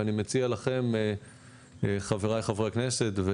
ואני מציע לכם חבריי חברי הכנסת,